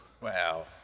wow